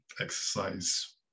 exercise